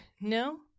No